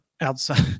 outside